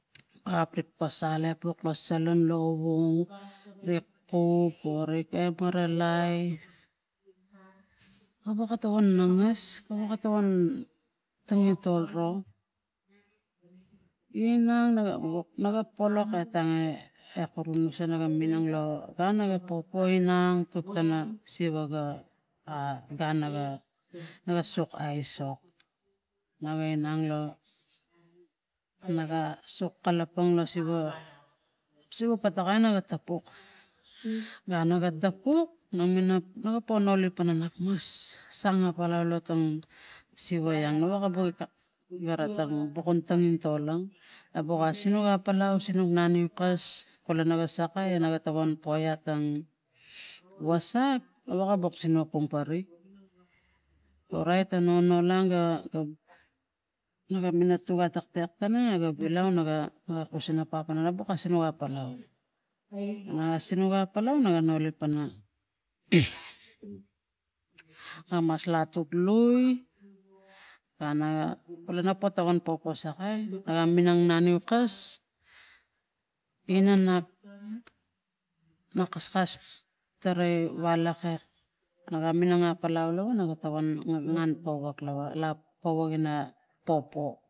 Aprik pasal epuk lo salan lovung rik kuk o rik e maralite a wakatokon nangas lamas wokatokon talingtol ro inang naga naga polak atange ekurunusena ga minang lo gun naga popo inang na siva ga a gun naga naga sok aisok na we inang lo naka sok kalapang ga siva ga pakai naga tapuk gun na ga tapuk na minang na ga po nolik pana nakmos sang apalau lo tang siva iang na wekabo i gara tang boko tangintolang a boka sinuk apalau lo tang siva iang na wekabo kulune ga sakai a wan poiat tan wasak wokabok sinuk kumpari orait a nono lang ga mina tuman tektek tata na gilau naga kusine pap pana buk asanua pana na sinuk apalau naga noli pana amas lak tuk lui a naga potokon popo aga minang naniu kas ina nap na kaskas tarai walokek naga minang apalau lava naga tokong ngan powak lava powak ina po.